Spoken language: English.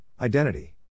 identity